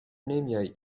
نمیایی